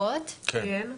אני מחטיבת החקירות.